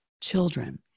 Children